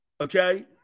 Okay